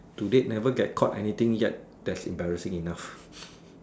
to date never get caught anything yet that's embarrassing enough